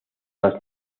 las